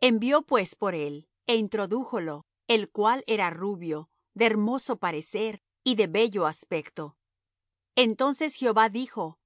envió pues por él é introdújolo el cual era rubio de hermoso parecer y de bello aspecto entonces jehová dijo